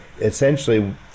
Essentially